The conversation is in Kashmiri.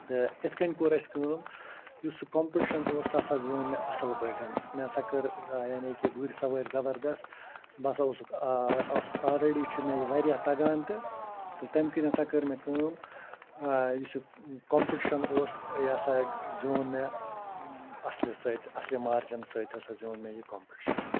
تہٕ اِتھ کنۍ کوٚر اسہِ کٲم یُس سُہ کمپِٹشَن اوس سُہ ہَسا زیوٗن مےٚ اصل پٲٹھۍ مےٚ ہَسا کٔر یعنی کہ گُرۍ سَوٲرۍ زَبردَس بہٕ ہَسا اوسُکھ اوسُس آلریٚڈی چھُ مےٚ یہِ واریاہ تَگان تہٕ تہٕ تمہ کِن ہَسا کٔر مےٚ کٲم یُس یہِ کَمپٹشَن اوس یہِ ہَسا زیوٗن مےٚ اصلہِ سۭتۍ اصلہِ مارجَن سۭتۍ ہَسا زیوٗن مےٚ یہِ کَمپِتشَن